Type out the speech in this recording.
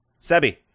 sebi